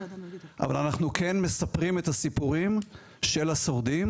אבל אנחנו כן מספרים את הסיפורים של השורדים.